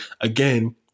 Again